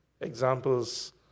examples